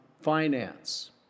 finance